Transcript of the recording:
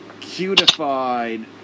cutified